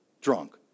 drunk